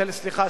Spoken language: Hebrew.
סליחה,